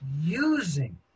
using